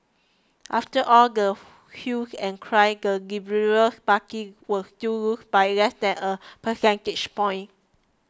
after all the hue and cry the liberal party was still loss by less than a percentage point